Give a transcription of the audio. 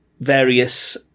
various